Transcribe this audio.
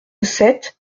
sept